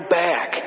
back